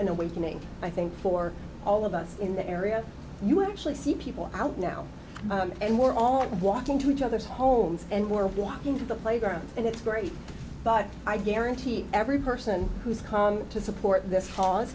an awakening i think for all of us in the area you actually see people out now and we're all walking to each other's homes and we're walking to the playground and it's great but i guarantee every person who's come to support th